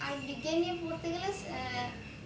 আর বিজ্ঞান পড়তে গলে